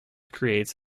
creates